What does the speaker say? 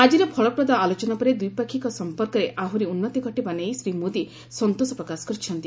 ଆକ୍ଟିର ଫଳପ୍ରଦ ଆଲୋଚନା ପରେ ଦ୍ୱିପାକ୍ଷିକ ସମ୍ପର୍କରେ ଆହୁରି ଉନ୍ନତି ଘଟିବା ନେଇ ଶ୍ରୀ ମୋଦି ସନ୍ତୋଷ ପ୍ରକାଶ କରିଛନ୍ତି